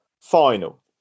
final